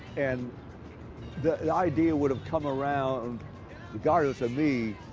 and the idea would have come around regardless of me,